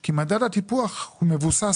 כי מדד הטיפוח מבוסס,